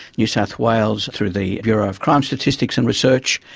new south wales through the bureau of crime statistics and research,